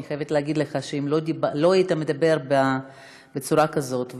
אני חייבת להגיד לך שאם לא היית מדבר בצורה כזאת,